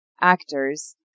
actors